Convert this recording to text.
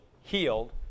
healed